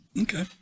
Okay